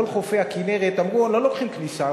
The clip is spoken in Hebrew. בכל חופי הכינרת אמרו: לא לוקחים על כניסה,